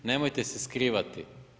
Nemojte se skrivati.